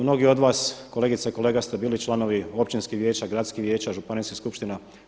Mnogi od vas kolegica i kolega ste bili članovi općinskih vijeća, gradskih vijeća, županijskih skupština.